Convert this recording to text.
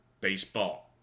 baseball